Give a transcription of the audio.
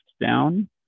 down